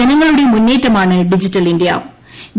ജനങ്ങളുടെ മുന്നേറ്റമാണ് ഡിജിറ്റൽ ഇന്തൃ